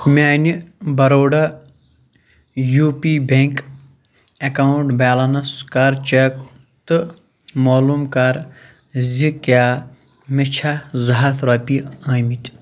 میٛانہِ Baroda U P bank account balance کَر check تہٕ معلوٗم کَر زِ کیٛاہ مےٚ چھا زٕ ہتھ رۄپیہِ آمٕتۍ